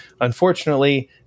Unfortunately